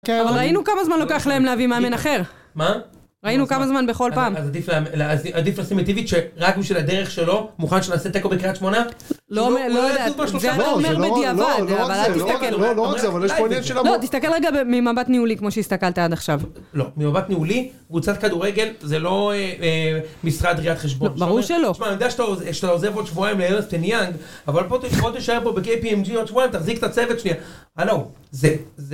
אבל ראינו כמה זמן לוקח להם להביא מאמן אחר מה? ראינו כמה זמן בכל פעם אז עדיף לשים את ? שרק בשביל הדרך שלו, מוכן שנעשה תיקו בקרית שמונה? לא לא לא וזה עוד בדיעבד אבל אל תסתכל אבל יש פה עניין של ה.. לא תסתכל רגע ממבט ניהולי כמו שהסתכלת עד עכשיו לא, ממבט ניהולי, קבוצת כדורגל, זה לא משרד ראיית חשבון ברור שלא שמע אני יודע שאתה עוזב עוד שבועיים לאונסטיין יאנג אבל בוא תשאר בו בKPMG ותחזיק ת'צוות שנייה הלו זה זה